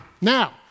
Now